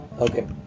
Okay